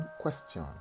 question